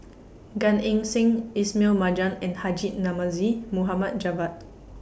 Gan Eng Seng Ismail Marjan and Haji Namazie Mohd Javad